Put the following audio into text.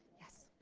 yes?